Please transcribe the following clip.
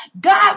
God